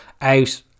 out